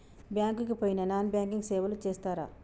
Bank కి పోయిన non banking సేవలు చేస్తరా?